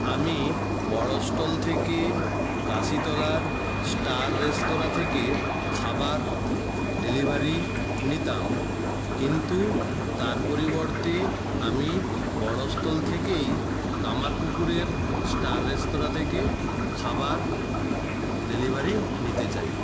আমি বড়োস্থল থেকে গাসিতলার স্টার রেস্তোরাঁ থেকে খাবার ডেলিভারি নিতাম কিন্তু তার পরিবর্তে আমি বড়োস্তল থেকেই কামারপুকুরের স্টার রেস্তোরাঁ থেকে খাবার ডেলিভারি নিতে চাই